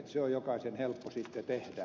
se on jokaisen helppo tehdä